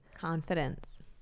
confidence